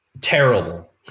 terrible